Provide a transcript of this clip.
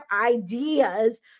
ideas